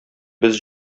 без